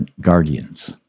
guardians